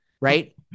right